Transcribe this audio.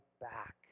back